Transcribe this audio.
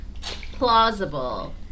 plausible